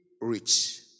rich